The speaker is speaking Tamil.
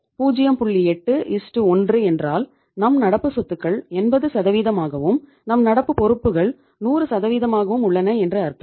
81 என்றால் நம் நடப்பு சொத்துக்கள் 80 ஆகவும் நம் நடப்பு பொறுப்புகள் 100 ஆகவும் உள்ளன என்று அர்த்தம்